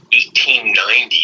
1890